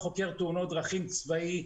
אני כחוקר תאונות דרכים צבאי,